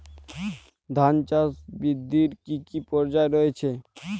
ধান চাষ বৃদ্ধির কী কী পর্যায় রয়েছে?